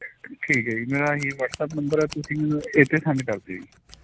ਠੀਕ ਹੈ ਜੀ ਮੇਰਾ ਆਹੀ ਵੱਅਟਸਐਪ ਨੰਬਰ ਹੈ ਤੁਸੀਂ ਮੈਨੂੰ ਇਸ 'ਤੇ ਸੈਂਡ ਕਰ ਦਿਓ ਜੀ